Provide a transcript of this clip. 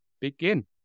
begin